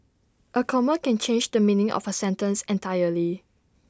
A comma can change the meaning of A sentence entirely